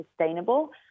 sustainable